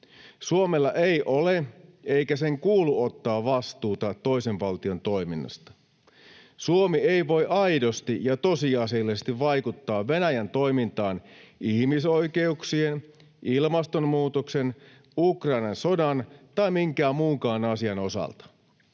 Suomella ei ole eikä sen kuulu ottaa vastuuta toisen valtion toiminnasta. Suomi ei voi aidosti ja tosiasiallisesti vaikuttaa Venäjän toimintaan ihmisoikeuksien, ilmastonmuutoksen, Ukrainan sodan tai minkään muunkaan asian osalta.